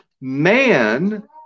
Man